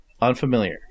Unfamiliar